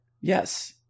Yes